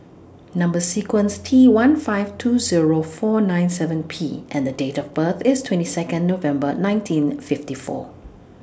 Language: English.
Number sequence T one five two Zero four nine seven P and Date of birth IS twenty Second November nineteen fifty four